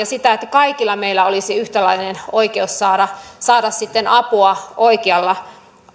sitä että kaikilla meillä olisi yhtäläinen oikeus saada saada apua oikealla